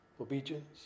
obedience